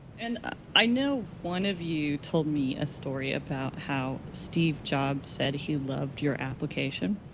and ah i know one of you told me a story about how steve jobs said he loved your application.